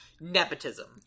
Nepotism